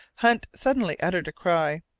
hunt suddenly uttered a cry,